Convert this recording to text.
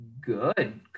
good